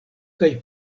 kaj